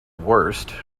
worst